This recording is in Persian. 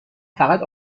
فقط